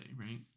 right